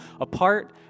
apart